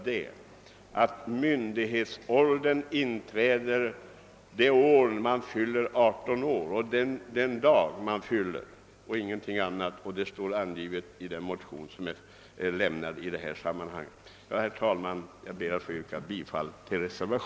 Det in nebär att man får rösträtt den dag man fyller 18 år och ingenting annat.